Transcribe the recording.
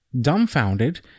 dumbfounded